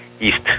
east